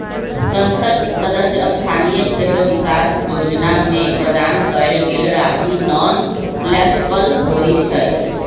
संसद सदस्य स्थानीय क्षेत्र विकास जोजना में प्रदान कएल गेल राशि नॉन लैप्सबल होइ छइ